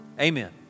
amen